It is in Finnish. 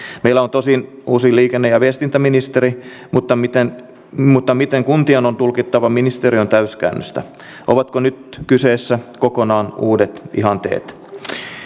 meillä on tosin uusi liikenne ja viestintäministeri mutta miten mutta miten kuntien on tulkittava ministeriön täyskäännöstä ovatko nyt kyseessä kokonaan uudet ihanteet